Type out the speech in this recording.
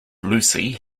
lucy